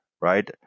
right